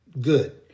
Good